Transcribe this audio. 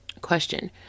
Question